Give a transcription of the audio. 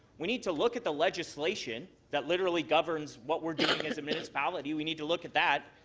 we need to look at the legislation that literally governs what we're doing as a municipality, we need to look at that.